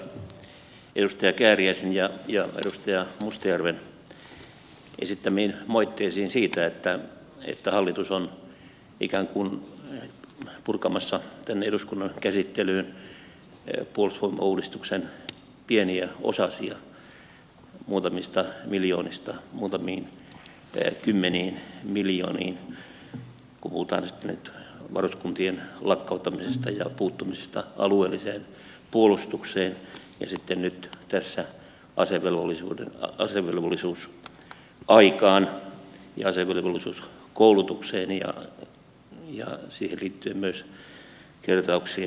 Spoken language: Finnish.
yhdyn täällä edustaja kääriäisen ja edustaja mustajärven esittämiin moitteisiin siitä että hallitus on ikään kuin purkamassa tänne eduskunnan käsittelyyn puolustusvoimauudistuksen pieniä osasia muutamista miljoonista muutamiin kymmeniin miljooniin kun puhutaan nyt varuskuntien lakkauttamisista ja puuttumisesta alueelliseen puolustukseen ja sitten nyt tässä asevelvollisuusaikaan ja asevelvollisuuskoulutukseen ja siihen liittyen myös kertauksien vähentämiseen